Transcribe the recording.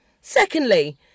Secondly